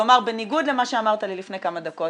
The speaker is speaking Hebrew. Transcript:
כלומר בניגוד למה שאמרת לי לפני כמה דקות,